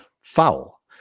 foul